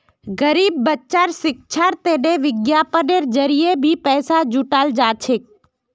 गरीब बच्चार शिक्षार तने विज्ञापनेर जरिये भी पैसा जुटाल जा छेक